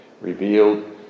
revealed